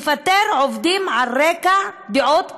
לפטר עובדים על רקע דעות פוליטיות.